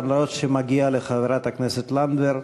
אף שמגיע לחברת הכנסת לנדבר.